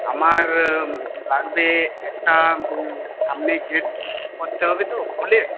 আমার লাগবে একটা সামনে গেট করতে হবে তো ফুলের